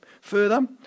further